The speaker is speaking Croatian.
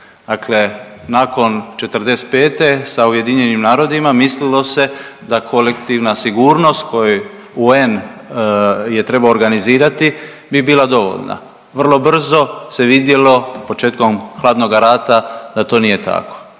Dakle, nakon '45. sa UN-om mislilo se da kolektivna sigurnost koju UN je trebao organizirati bi bila dovoljna. Vrlo brzo se vidjelo početkom hladnoga rata da to nije tako